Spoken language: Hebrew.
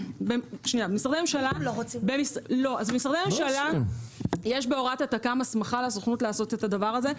במשרדי ממשלה יש בהוראת התכ"מ הסמכה לסוכנות לעשות את זה.